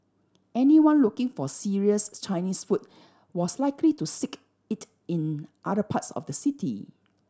anyone looking for serious Chinese food was likely to seek it in other parts of the city